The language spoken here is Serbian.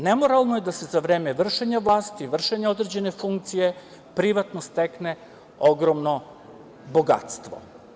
Nemoralno je da se za vreme vršenja vlasti, vršenja određene funkcije privatno stekne ogromno bogatstvo.